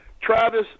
Travis